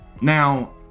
Now